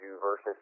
Versus